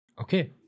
Okay